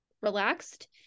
relaxed